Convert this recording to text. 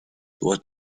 toi